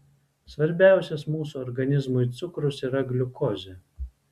svarbiausias mūsų organizmui cukrus yra gliukozė